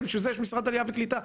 בשביל זה יש משרד עלייה וקליטה.